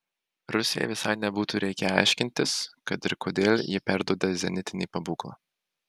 rusijai visai nebūtų reikėję aiškintis kad ir kodėl ji perduoda zenitinį pabūklą